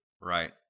Right